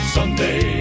Someday